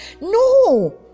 No